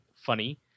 funny